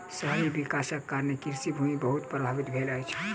शहरी विकासक कारणें कृषि भूमि बहुत प्रभावित भेल अछि